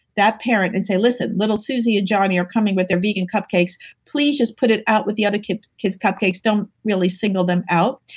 that parent and say, listen, little susie and johnny are coming with their vegan cupcakes, please just put it out with the other kids' kids' cupcakes don't really single them out.